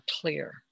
clear